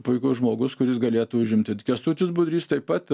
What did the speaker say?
puikus žmogus kuris galėtų užimti kęstutis budrys taip pat